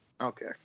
Okay